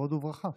בכבוד וברכה,